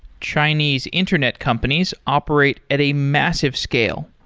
chinese internet companies operate at a massive scale.